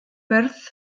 perth